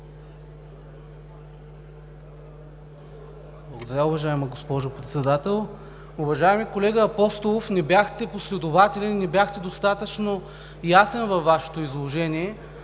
Благодаря, уважаема госпожо Председател! Уважаеми колега Апостолов, не бяхте последователен и не бяхте достатъчно ясен във Вашето изложение,